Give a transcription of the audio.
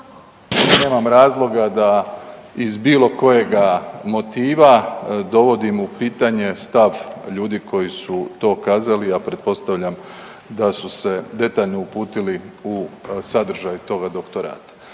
Nemam razloga da iz bilo kojega motiva dovodim u pitanje stav ljudi koji su to kazali, a pretpostavljam da su se detaljno uputili u sadržaj toga doktorata.